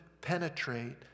penetrate